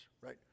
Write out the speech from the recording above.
right